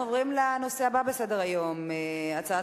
אנחנו עוברים לנושא הבא בסדר-היום: הצעת